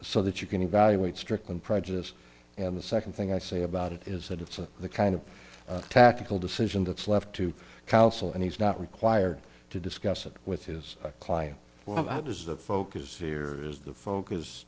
so that you can evaluate stricklin prejudice and the second thing i say about it is that it's the kind of tactical decision that's left to counsel and he's not required to discuss it with his client well that is the focus here is the focus